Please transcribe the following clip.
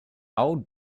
old